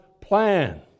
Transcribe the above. plan